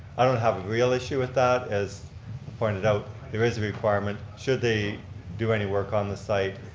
i don't have a real issue with that as pointed out there is a requirement should they do any work on the site,